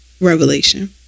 revelation